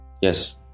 Yes